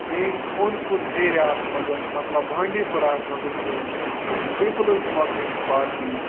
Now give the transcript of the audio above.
میٛٲنۍ اوٚند پوٚت ایریا ہَس منٛز مطلب بانٛڈی پوٗرہ ہَس منٛز چھِ پیٖپلٕز ڈیٚموکریٹِک پارٹی